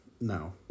No